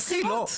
לבחירות.